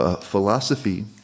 philosophy